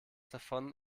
davon